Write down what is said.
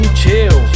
chill